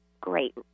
great